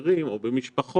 בחברים או במשפחות,